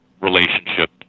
relationship